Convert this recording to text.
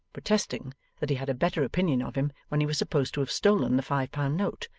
protesting that he had a better opinion of him when he was supposed to have stolen the five-pound note,